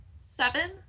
seven